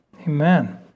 Amen